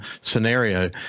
scenario